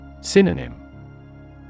Synonym